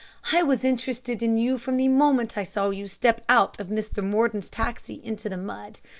i was interested in you from the moment i saw you step out of mr. mordon's taxi into the mud,